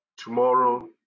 tomorrow